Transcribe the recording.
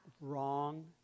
wrong